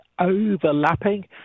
overlapping